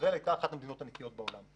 ישראל הייתה אחת המדינות הנקיות בעולם.